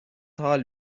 حال